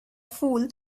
fool